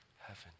heaven